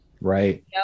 Right